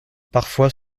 parfois